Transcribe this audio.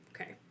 Okay